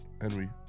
Henry